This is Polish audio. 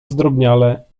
zdrobniale